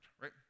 right